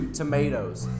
tomatoes